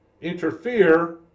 interfere